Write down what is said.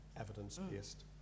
evidence-based